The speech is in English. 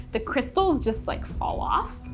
the crystals just like fall off.